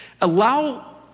Allow